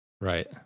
right